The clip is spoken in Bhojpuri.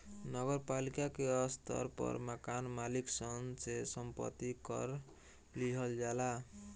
नगर पालिका के स्तर पर मकान मालिक सन से संपत्ति कर लिहल जाला